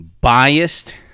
biased